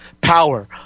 power